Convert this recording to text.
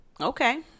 Okay